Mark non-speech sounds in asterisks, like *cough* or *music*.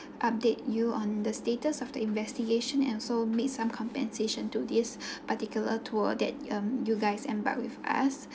update you on the status of the investigation and so make some compensation to this *breath* particular tour that um you guys embarked with us *breath*